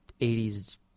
80s